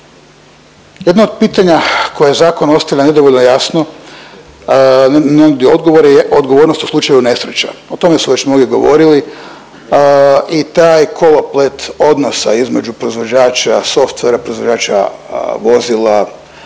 Jedno od pitanja koje zakon ostavlja nedovoljno jasno, ne nudi odgovore je odgovornost u slučaju nesreće. O tome su već mnogi govorili i taj koloplet odnosa između proizvođač softvera, proizvođača vozila,